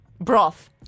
broth